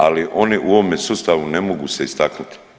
Ali oni u ovome sustavu ne mogu se istaknuti.